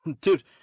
Dude